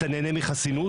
אתה נהנה מחסינות?